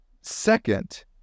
Second